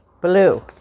blue